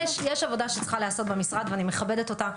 יש עבודה שצריכה להיעשות במשרד, ואני מכבדת אותה.